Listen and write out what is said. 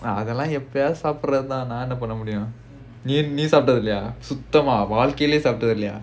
அதெல்லாம் எப்பயாது சாப்பிடறது தான் நீ சாப்பிட்டதில்லையா வாழ்க்கைல சுத்தமா:adhellaam eppayaavathu saapdrathuthaan nee saaptathillaiyaa vaalkaila suthamaa